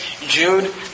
Jude